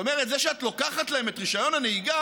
זאת אומרת, זה שאת לוקחת להם את רישיון הנהיגה